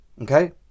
Okay